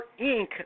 Inc